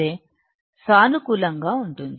సానుకూలంగా ఉంటుంది